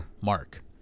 Mark